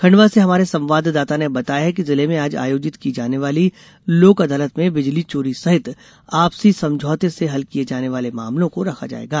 खंडवा से हमारे संवाददाता ने बताया है कि जिले में आज आयोजित की जाने वाली लोक अदालत में बिजली चोरी सहित आपसी समझौते से हल किये जाने वाले मामलों को रखा जायेगा